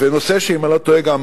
ונושא שאם אני לא טועה גם